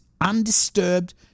undisturbed